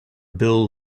bill